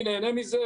אני נהנה מזה,